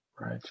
Right